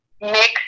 mix